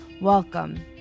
Welcome